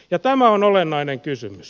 ja tämä on olennainen kysymys